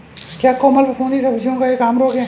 क्या कोमल फफूंदी सब्जियों का एक आम रोग है?